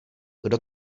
kdo